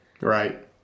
Right